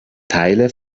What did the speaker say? teile